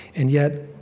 and yet,